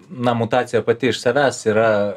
na mutacija pati iš savęs yra